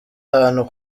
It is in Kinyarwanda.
hantu